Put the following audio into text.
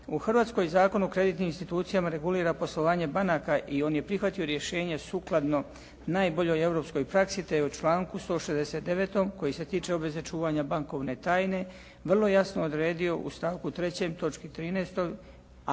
U Hrvatskoj Zakon o kreditnim institucijama regulira poslovanje banaka i on je prihvatio rješenje sukladno najboljoj europskoj praksi te je u članku 169. koji se tiče obveze čuvanja bankovne tajne vrlo jasno odredio u stavku 3. točki 13.